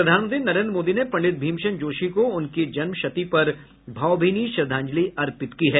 प्रधानमंत्री नरेन्द्र मोदी ने पंडित भीमसेन जोशी को उनकी जन्मशती पर भावभीनी श्रद्धांजलि अर्पित की है